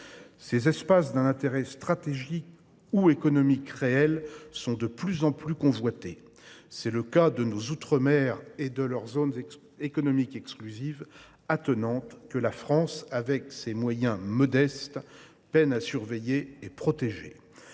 Ces espaces, d’un intérêt stratégique ou économique réel, sont de plus en plus convoités. C’est le cas de nos outre mer et de leurs zones économiques exclusives (ZEE), que la France, avec ses moyens modestes, peine à surveiller et à protéger.